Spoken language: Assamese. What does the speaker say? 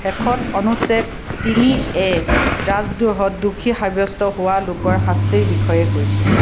শেষত অনুচ্ছেদ তিনি এ ৰাষ্ট্ৰদ্ৰোহত দোষী সাব্যস্ত হোৱা লোকৰ শাস্তিৰ বিষয়ে কৈছে